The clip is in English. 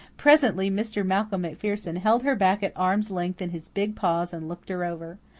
presently, mr. malcolm macpherson held her back at arm's length in his big paws and looked her over.